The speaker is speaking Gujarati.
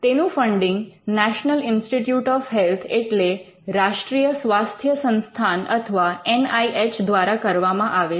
તેનું funding National Institute of Health એટલે રાષ્ટ્રીય સ્વાસ્થ્ય સંસ્થાન અથવા એન આઈ એચ દ્વારા કરવામાં આવે છે